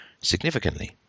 significantly